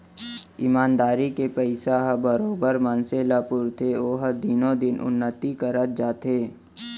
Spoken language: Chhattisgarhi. ईमानदारी के पइसा ह बरोबर मनसे ल पुरथे ओहा दिनो दिन उन्नति करत जाथे